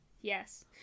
yes